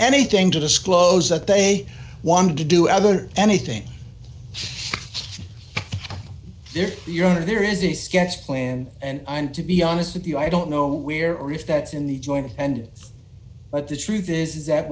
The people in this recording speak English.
anything to disclose that they want to do other anything your own or there is a sketch plan and i'm to be honest with you i don't know where or if that's in the joint and but the truth is that